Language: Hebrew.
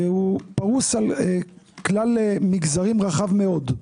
שפרוס על כלל מגזרים רחב מאוד.